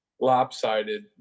lopsided